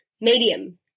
medium